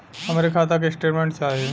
हमरे खाता के स्टेटमेंट चाही?